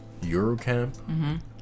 Eurocamp